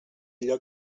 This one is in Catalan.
allò